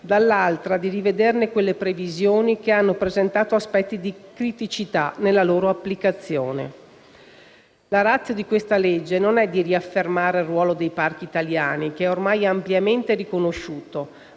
dall'altra, di rivederne quelle previsioni che hanno presentato aspetti di criticità nella loro applicazione. La *ratio* di questa legge non è di riaffermare il ruolo dei parchi italiani, che ormai è ampiamente riconosciuto,